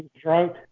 drunk